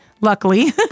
Luckily